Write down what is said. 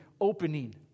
opening